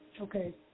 Okay